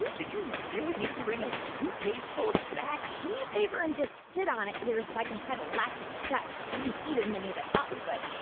did you really need to bring a suitcase full of snacks? do me a favor and just sit on it here, so i can try to latch it shut. we didn't eat as many as i thought we would.